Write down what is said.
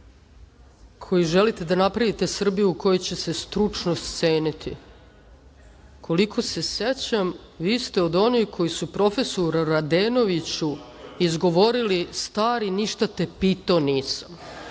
koji želite da napravite Srbiju u kojoj će se stručnost ceniti, koliko se sećam, vi ste od onih koji su profesoru Radenoviću izgovorili – stari, ništa te pitao nisam. Ne